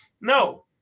No